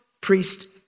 priest